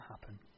happen